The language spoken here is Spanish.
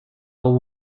hubo